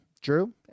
Drew